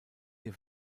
hier